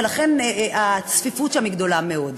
ולכן הצפיפות שם גדולה מאוד.